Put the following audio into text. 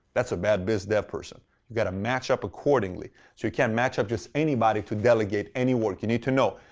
that's a bad biz dev person. you've got to match up accordingly, so you can't match up just anybody to delegate any work. you need to know,